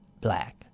black